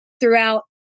throughout